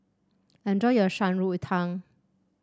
enjoy your Shan Rui Tang